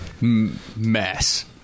mess